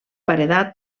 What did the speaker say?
paredat